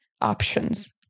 options